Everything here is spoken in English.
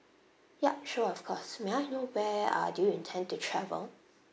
ya sure of course may I know where ah do you intend to travel